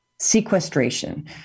sequestration